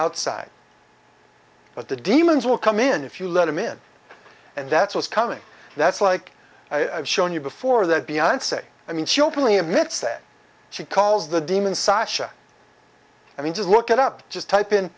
outside but the demons will come in if you let them in and that's what's coming that's like i've shown you before that beyond say i mean she openly admits that she calls the demon sascha i mean just look it up just type in